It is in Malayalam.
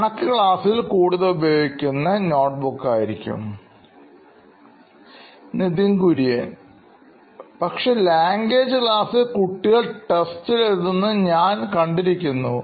കണക്ക് ക്ലാസ്സിൽ കൂടുതൽ ഉപയോഗിക്കുന്നത് നോട്ട്ബുക്ക് ആയിരിക്കും Nithin Kurian COO Knoin Electronics പക്ഷേ ലാംഗ്വേജ് ക്ലാസുകളിൽ കുട്ടികൾ ടെസ്റ്റിൽ എഴുതുന്നത് ഞാൻ കണ്ടിരിക്കുന്നു